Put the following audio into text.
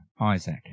Isaac